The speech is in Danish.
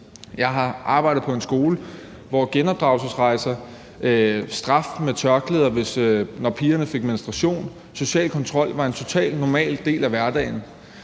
Jeg har arbejdet på en skole, hvor genopdragelsesrejser, straf af pigerne i form af at skulle gå med tørklæde, når de fik menstruation, og at social kontrol var en totalt normal del af hverdagen.